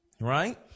right